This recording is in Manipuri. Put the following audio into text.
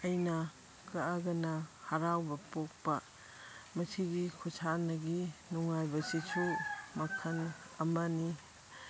ꯑꯩꯅ ꯀꯛꯑꯒꯅ ꯍꯔꯥꯎꯕ ꯄꯣꯛꯄ ꯃꯁꯤꯒꯤ ꯈꯨꯁꯥꯟꯅꯒꯤ ꯅꯨꯡꯉꯥꯏꯕꯁꯤꯁꯨ ꯃꯈꯟ ꯑꯃꯅꯤ